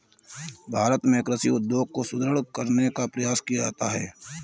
भारत में कृषि उद्योग को सुदृढ़ करने का प्रयास किया जा रहा है